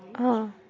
हां